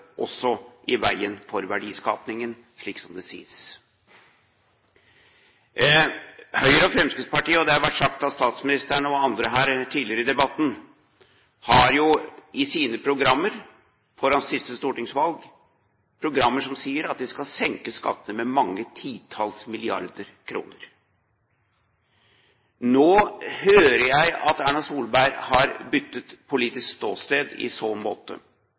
også i veien for verdiskapingen, slik det sies. Høyre og Fremskrittspartiet, og det har vært sagt av statsministeren og andre her tidligere i debatten, har i sine programmer foran siste stortingsvalg sagt at de skal senke skattene med mange titalls milliarder kr. Nå hører jeg at Erna Solberg har byttet politisk ståsted i så måte.